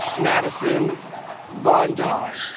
madison vaughn died